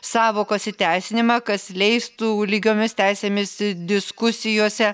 sąvokos įteisinimą kas leistų lygiomis teisėmis diskusijose